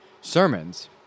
sermons